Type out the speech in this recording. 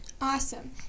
Awesome